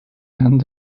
and